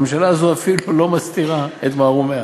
הממשלה הזאת אפילו לא מסתירה את מערומיה.